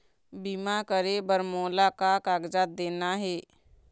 बीमा करे बर मोला का कागजात देना हे?